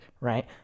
right